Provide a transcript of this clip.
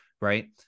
right